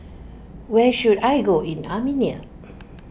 where should I go in Armenia